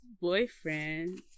boyfriend